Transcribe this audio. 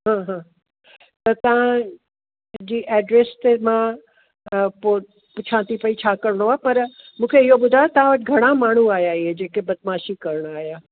हम्म हम्म त तव्हां जी एड्रस ते मां पोइ पुछां थी पई छा करिणो आहे पर मूंखे इहो ॿुधायो तव्हां वटि घणा माण्हूं आहिया इहे जेके बदमाशी करणु आहिया